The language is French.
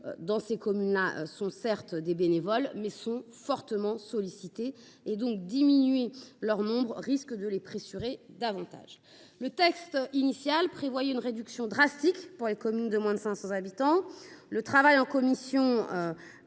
de nos communes, souvent bénévoles, sont fortement sollicités. Diminuer leur nombre risque donc de les pressurer davantage. Le texte initial prévoyait une réduction drastique pour les communes de moins de 500 habitants. Le travail en commission